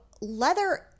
leather